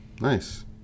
Nice